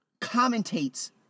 commentates